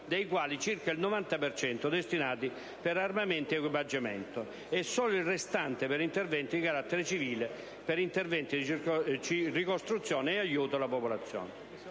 dei quali circa il 90 per cento destinati per armamenti e equipaggiamenti e solo il restante per interventi di carattere civile, quindi di ricostruzione e aiuto alla popolazione.